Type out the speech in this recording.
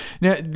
Now